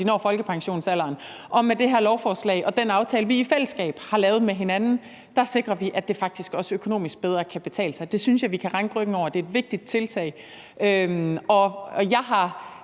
om de når folkepensionsalderen. Og med det her lovforslag og den aftale, vi i fællesskab har lavet med hinanden, sikrer vi, at det faktisk også økonomisk bedre kan betale sig. Det synes jeg vi kan ranke ryggen af. Det er et vigtigt tiltag, og jeg vil